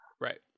Right